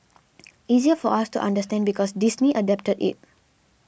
easier for us to understand because Disney adapted it